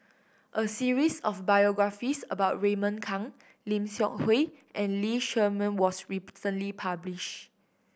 a series of biographies about Raymond Kang Lim Seok Hui and Lee Shermay was recently published